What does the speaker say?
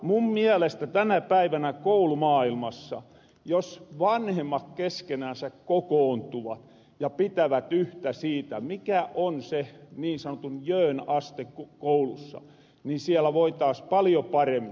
mun mielestä tänä päivänä koulumaailmassa jos vanhemmat keskenänsä kokoontuvat ja pitävät yhtä siitä mikä on sen niin sanotun jöön aste koulussa siellä voitaas paljo paremmin